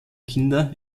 kinder